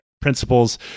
principles